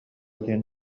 диэн